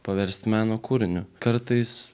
paverst meno kūriniu kartais